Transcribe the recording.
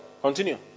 Continue